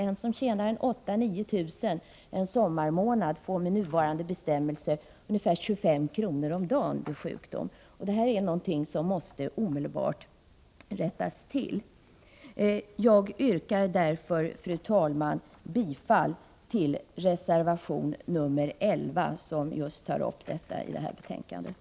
Den som en sommarmånad tjänar 8 000-9 000 kr. får med nuvarande bestämmelser ungefär 25 kr. om dagen vid sjukdom. Detta är någonting som omedelbart måste rättas till. Jag yrkar därför, fru talman, bifall till reservation 11, som tar upp just denna sak.